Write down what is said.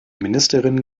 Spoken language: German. ministerin